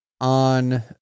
on